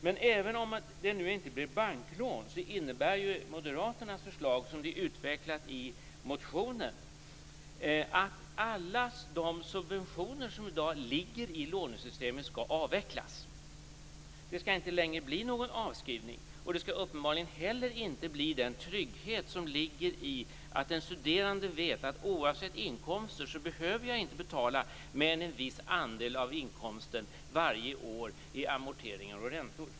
Men även om det nu inte blir banklån innebär moderaternas förslag så som det är utvecklat i motionen att alla de subventioner som i dag ligger i lånesystemet skall avvecklas. Det skall inte längre bli någon avskrivning, och det skall uppenbarligen inte heller bli den trygghet som ligger i att de studerande vet att de oavsett inkomster inte behöver betala mer än en viss andel av inkomsten varje år i amorteringar och räntor.